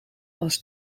als